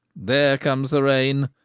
there comes the ruine,